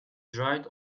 dried